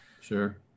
sure